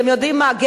אתם יודעים מה?